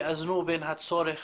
יאזנו בין הצורך